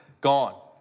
gone